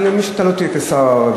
גם על ימים שבהם אתה לא תהיה שר הרווחה.